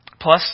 Plus